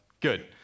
Good